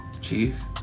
cheese